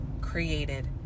created